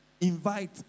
Invite